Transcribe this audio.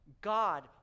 God